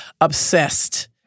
obsessed